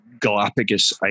Galapagos